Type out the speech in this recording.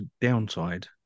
downside